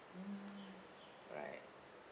mm right